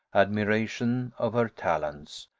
admiration of her talents,